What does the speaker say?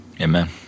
Amen